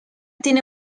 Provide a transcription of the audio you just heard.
tiene